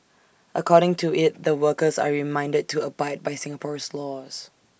according to IT the workers are reminded to abide by Singapore's laws